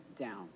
down